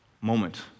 moment